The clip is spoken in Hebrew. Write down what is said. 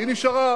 להסביר.